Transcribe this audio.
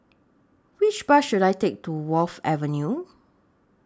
Which Bus should I Take to Wharf Avenue